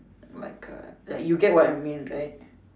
like uh like you get what I mean right